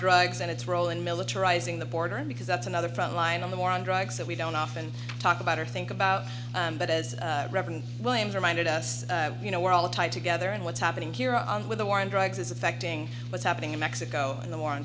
drugs and its role in militarizing the border because that's another front line in the war on drugs that we don't often talk about or think about but a robin williams reminded us you know we're all tied together and what's happening here on with the war on drugs is affecting what's happening in mexico and the war on